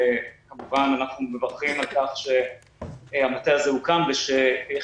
וכמובן אנחנו מברכים על כך שהמטה הזה הוקם ושהכניסו